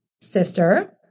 sister